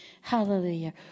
Hallelujah